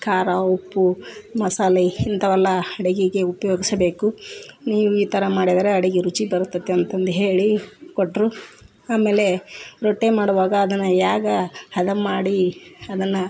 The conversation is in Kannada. ಖಾರ ಉಪ್ಪು ಮಸಾಲೆ ಇಂಥವೆಲ್ಲ ಅಡುಗೆಗೆ ಉಪಯೋಗಿಸಬೇಕು ನೀವು ಈ ಥರ ಮಾಡಿದರೆ ಅಡುಗೆ ರುಚಿ ಬರ್ತದೆ ಅಂತಂದು ಹೇಳಿ ಕೊಟ್ಟರು ಆಮೇಲೆ ರೊಟ್ಟಿ ಮಾಡುವಾಗ ಅದನ್ನು ಹೇಗ ಹದ ಮಾಡಿ ಅದನ್ನು